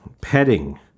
Petting